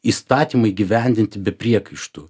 įstatymą įgyvendinti be priekaištų